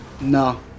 No